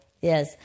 yes